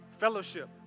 fellowship